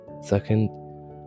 Second